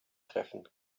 treffen